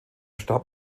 starb